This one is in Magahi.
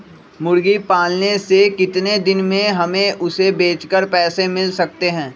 मुर्गी पालने से कितने दिन में हमें उसे बेचकर पैसे मिल सकते हैं?